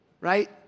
right